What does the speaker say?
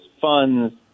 funds